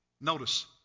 Notice